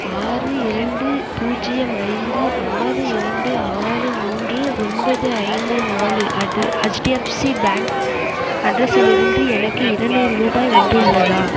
ஆறு இரண்டு பூஜ்ஜியம் ஐந்து ஆறு இரண்டு ஆறு மூன்று ஒன்பது ஐந்து நாலு அட்டு ஹெச்டிஎஃப்சி பேங்க் அட்ரஸிலிருந்து எனக்கு இரநூறு ரூபாய் வந்துள்ளதா